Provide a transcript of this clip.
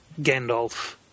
Gandalf